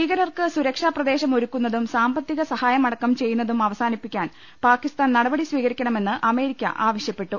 ഭീകരർക്ക് സുരക്ഷാപ്രദേശം ഒരുക്കുന്നതൂരി സാമ്പത്തിക സഹായമടക്കം ചെയ്യുന്നതും അവസാനിപ്പിക്ക്ാൻ പ്പാക്കിസ്ഥാൻ നടപടി സ്വീകരിക്കണമെന്ന് അമേരിക്ക ആവശ്യപ്പെട്ടു